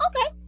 okay